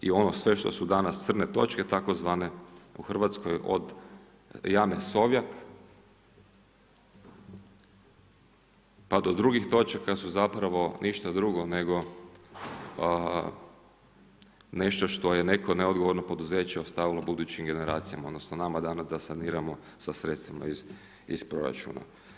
I ono sve što su danas crne točke, tzv. u Hrvatskoj od jame Sovjak pa do drugih točaka su zapravo ništa drugo nego nešto što je neko neodgovorno poduzeće ostavila budućim generacijama, odnosno nama da saniramo sa sredstvima iz proračuna.